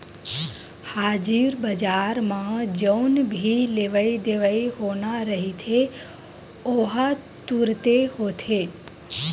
हाजिर बजार म जउन भी लेवई देवई होना रहिथे ओहा तुरते होथे